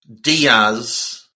Diaz